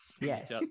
yes